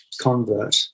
convert